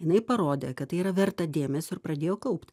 jinai parodė kad tai yra verta dėmesio ir pradėjo kaupti